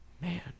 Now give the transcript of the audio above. Man